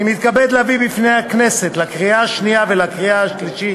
אני מתכבד להביא בפני הכנסת לקריאה שנייה ולקריאה שלישית